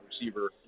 receiver